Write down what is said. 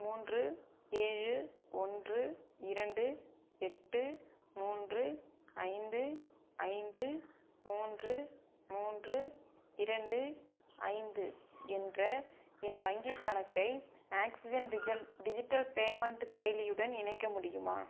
மூன்று ஏழு ஒன்று இரண்டு எட்டு மூன்று ஐந்து ஐந்து மூன்று மூன்று இரண்டு ஐந்து என்ற என் வங்கிக் கணக்கை ஆக்ஸிஜன் டிஜிட்டல் பேமெண்ட் செயலியுடன் இணைக்க முடியுமா